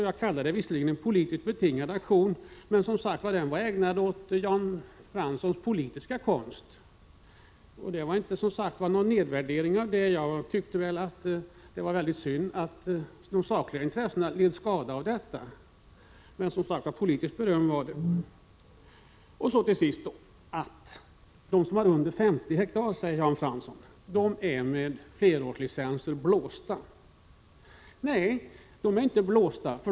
Jag kallar visserligen detta en politiskt betingad aktion, men jag gav beröm åt Jan Franssons politiska konst. Det var inte någon nedvärdering och jag tycker det var synd att de sakliga intressena led skada av detta. Men, som sagt var, politiskt beröm var det. Till sist säger Jan Fransson att de som har marker under 50 hektar och flerårslicenser är blåsta. Nej, de är inte blåsta.